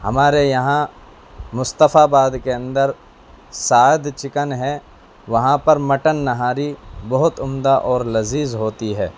ہمارے یہاں مصطفیٰ آباد کے اندر سعد چکن ہے وہاں پر مٹن نہاری بہت عمدہ اور لذیذ ہوتی ہے